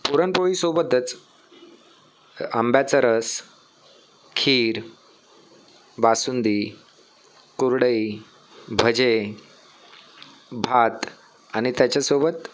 पुरणपोळीसोबतच आंब्याचा रस खीर बासुंदी कुरडई भजे भात आणि त्याच्यासोबत